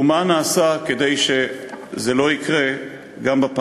ומה נעשה כדי שזה לא יקרה שוב.